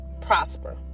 prosper